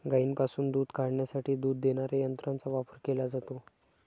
गायींपासून दूध काढण्यासाठी दूध देणाऱ्या यंत्रांचा वापर केला जातो